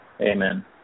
Amen